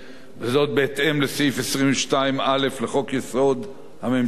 וזאת בהתאם לסעיף 22(א) לחוק-יסוד: הממשלה.